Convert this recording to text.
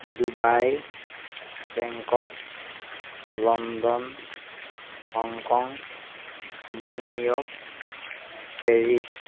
Dubai Bangkok London Hong Kong New York Paris